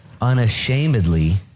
unashamedly